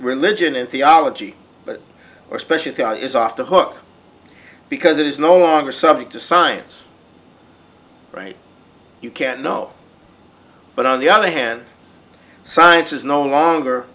religion and theology or especially god is off the hook because it is no longer subject to science right you can't know but on the other hand science is no longer